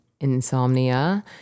insomnia